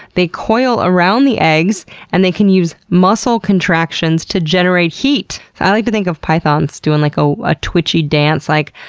they coil around the eggs and can use muscle contractions to generate heat. so i like to think of pythons doing like ah a twitchy dance like,